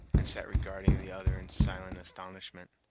and sat regarding the other in silent astonishment.